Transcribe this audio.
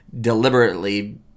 deliberately